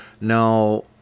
Now